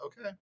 okay